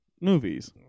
movies